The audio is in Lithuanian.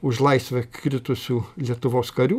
už laisvę kritusių lietuvos karių